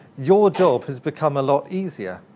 your job has become a lot easier,